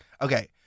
Okay